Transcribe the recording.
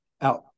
out